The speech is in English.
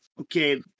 okay